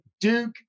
Duke